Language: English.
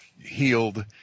healed